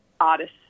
artist